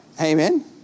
Amen